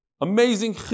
Amazing